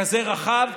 כזה רחב,